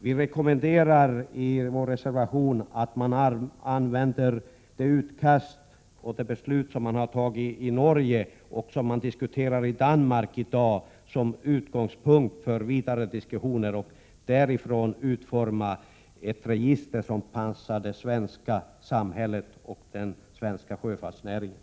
Vi förordar i vår reservation att man tar det utkast som det har beslutats om i Norge och som diskuteras i Danmark i dag som utgångspunkt för vidare diskussioner och på den grunden utformar ett register, passande för det svenska samhället och den svenska sjöfartsnäringen.